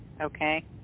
okay